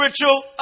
spiritual